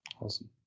Awesome